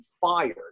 fired